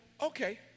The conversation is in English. okay